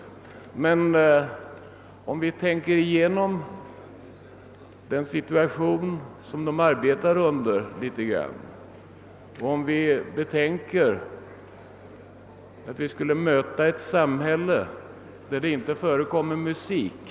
Men vi skulle säkert finna det ganska dystert med ett samhälle där det inte skulle förekomma musik.